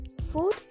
Food